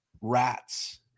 Rats